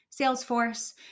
Salesforce